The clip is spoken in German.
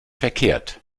verkehrt